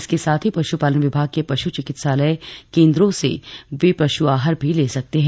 इसके साथ ही पशुपालन विभाग के पशु चिकित्सालय केन्द्रों से वह पशु आहर भी ले सकते है